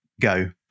go